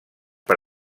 per